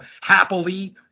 happily